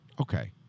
okay